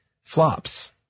Flops